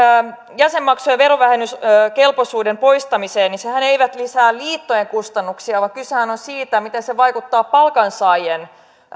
jäsenmaksujen verovähennyskelpoisuuden poistamiseen niin sehän ei lisää liittojen kustannuksia vaan kysehän on siitä miten se vaikuttaa palkansaajien